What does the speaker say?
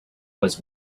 was